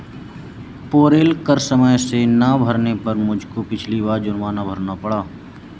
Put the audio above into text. payroll कर समय से ना भरने पर मुझको पिछली बार जुर्माना भरना पड़ा था